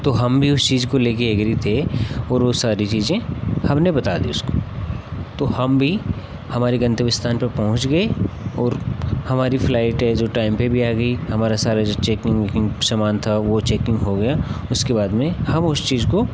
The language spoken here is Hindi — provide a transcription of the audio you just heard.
तो हम भी उस चीज़ को लेकर एग्री थे और वह सारी चीज़ें हमने बता दी उसको तो हम भी हमारी गंतव्य स्थान पर पहुँच गए और हमारी फ्लाइट है जो टाइम पर भी आ गई हमारी सारी चेकिंग उकिंग सामान था वह चेकिंग हो गया उसके बाद में हम उस चीज़ को